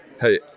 hey